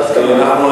זה בהסכמה.